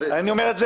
אני אומר כאן,